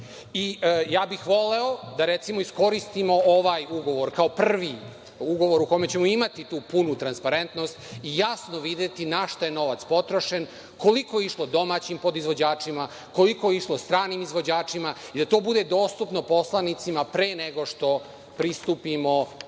Ja bih voleo da iskoristimo ovaj ugovor kao prvi ugovor u kome ćemo imati tu punu transparentnost i jasno videti na šta je novac potrošen, koliko je išlo domaćim podizvođačima, koliko je išlo stranim izvođačima i da to bude dostupno poslanicima pre nego što pristupimo